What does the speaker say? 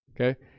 okay